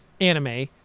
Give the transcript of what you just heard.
anime